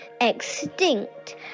extinct